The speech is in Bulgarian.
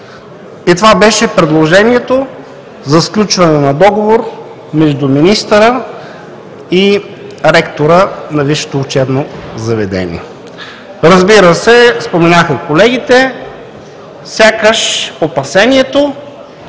– това беше предложението за сключване на договор между министъра и ректора на висшето учебно заведение. Разбира се, споменаха сякаш и колегите опасението